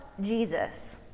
Jesus